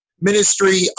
ministry